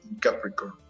Capricorn